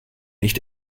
nicht